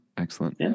Excellent